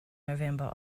november